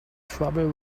trouble